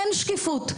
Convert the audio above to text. אין שקיפות.